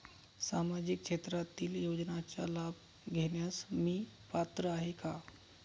सामाजिक क्षेत्रातील योजनांचा लाभ घेण्यास मी पात्र आहे का?